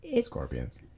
Scorpions